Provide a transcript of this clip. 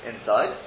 inside